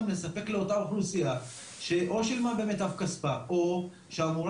לספק לאותה אוכלוסיה שאו שילמה ממיטב כספה או שאמורה